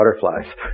butterflies